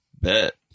Bet